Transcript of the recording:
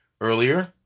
earlier